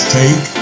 take